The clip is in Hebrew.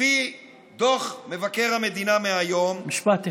לפי דוח מבקר המדינה מהיום, משפט אחד.